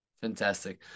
Fantastic